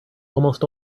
almost